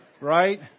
right